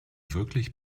wirklich